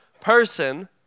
person